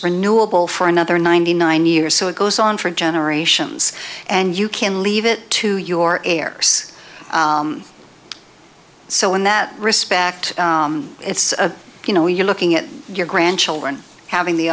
renewable for another ninety nine years so it goes on for generations and you can leave it to your heirs so in that respect it's a you know you're looking at your grandchildren having the